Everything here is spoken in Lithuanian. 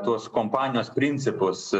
tos kompanijos principus